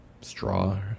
straw